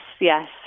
yes